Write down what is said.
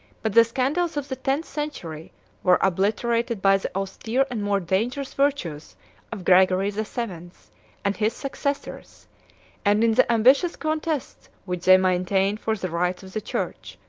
but the scandals of the tenth century were obliterated by the austere and more dangerous virtues of gregory the seventh and his successors and in the ambitious contests which they maintained for the rights of the church,